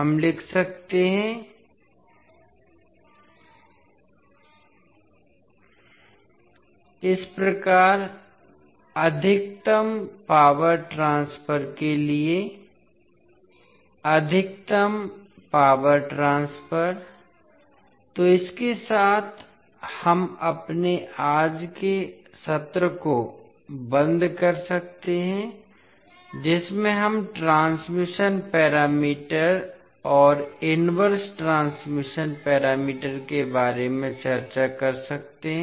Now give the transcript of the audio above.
हम लिख सकते है इस प्रकार अधिकतम पावर ट्रांसफर के लिए अधिकतम पावर ट्रांसफर तो इसके साथ हम अपने आज के सत्र को बंद कर सकते हैं जिसमें हम ट्रांसमिशन पैरामीटर और इनवर्स ट्रांसमिशन पैरामीटर के बारे में चर्चा कर सकते हैं